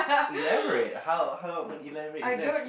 elaborate how how elaborate is there a